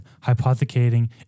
hypothecating